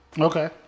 Okay